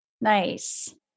Nice